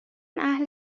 اهل